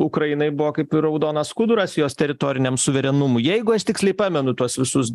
ukrainai buvo kaip ir raudonas skuduras jos teritoriniam suverenumui jeigu aš tiksliai pamenu tuos visus